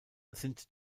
sind